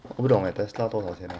我不懂 leh tesla 多少钱呢